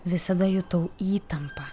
visada jutau įtampą